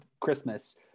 Christmas –